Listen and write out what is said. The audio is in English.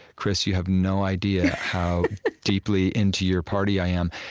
chris, you have no idea how deeply into your party i am.